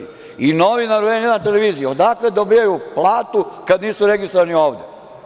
I novinari N1 televizije odakle dobijaju platu kad nisu registrovani ovde?